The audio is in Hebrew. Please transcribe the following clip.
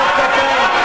מחיאות כפיים,